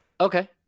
Okay